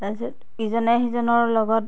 তাৰপিছত ইজনে সিজনৰ লগত